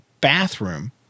bathroom